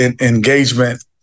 engagement